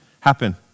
happen